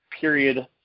period